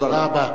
תודה רבה.